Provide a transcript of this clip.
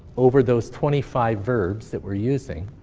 over those twenty five verbs that we're using,